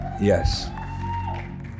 Yes